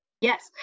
Yes